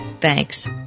Thanks